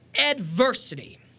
Adversity